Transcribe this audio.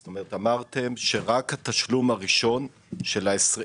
זאת אומרת אמרתם שרק התשלום הראשון של ה-20%.